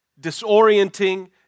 disorienting